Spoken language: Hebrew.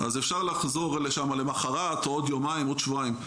אז אפשר לשם למחרת או עוד יומיים או עוד שבועיים.